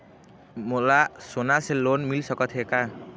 मोला सोना से लोन मिल सकत हे का?